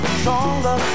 stronger